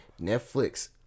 Netflix